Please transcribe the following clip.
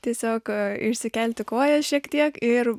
tiesiog išsikelti koją šiek tiek ir